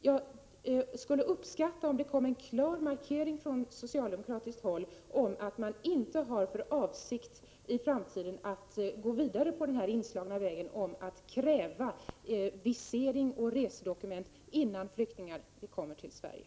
Jag skulle uppskatta om det kom en klar markering från socialdemokratiskt håll om att man inte har för avsikt att i framtiden gå vidare på den inslagna vägen, att kräva visering och resedokument innan flyktingen kommer till Sverige.